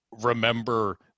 remember